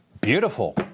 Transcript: Beautiful